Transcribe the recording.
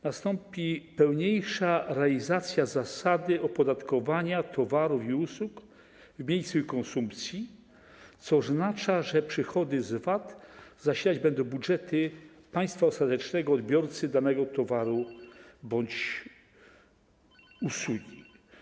Nastąpi pełniejsza realizacja zasady opodatkowania towarów i usług w miejscu ich konsumpcji, co oznacza, że przychody z VAT będą zasilać budżety państwa ostatecznego odbiorcy danego towaru bądź danej usługi.